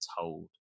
told